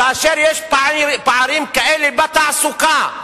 כאשר יש פערים כאלה בתעסוקה.